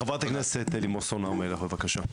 חברת הכנסת לימון סון הר מלך, בבקשה.